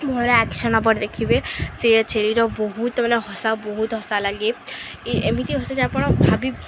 ମୋର ଆକ୍ସନ୍ ଆପଣ ଦେଖିବେ ସେ ଛେଳିର ବହୁତ ମାନେ ହସା ବହୁତ ହସା ଲାଗେ ଏମିତି ହସେ ଯେ ଆପଣ ଭାବି